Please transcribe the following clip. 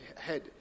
head